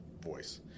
voice